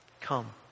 Come